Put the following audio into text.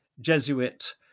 Jesuit